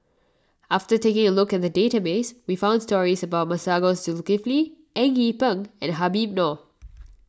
after taking a look at the database we found stories about Masagos Zulkifli Eng Yee Peng and Habib Noh